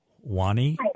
Wani